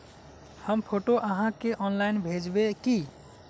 हम फोटो आहाँ के ऑनलाइन भेजबे की?